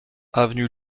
avenue